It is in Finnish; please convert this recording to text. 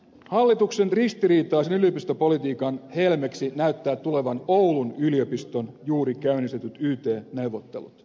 hallituksen ristiriitaisen yliopistopolitiikan helmeksi näyttää tulevan oulun yliopiston juuri käynnistetyt yt neuvottelut